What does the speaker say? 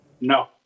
No